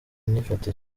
myifatire